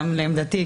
גם לעמדתי,